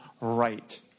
right